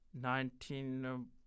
nineteen